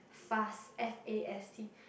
fast f_a_s_t